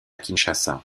kinshasa